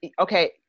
okay